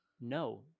no